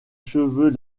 cheveux